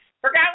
Forgot